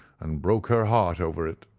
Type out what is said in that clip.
and broke her heart over it.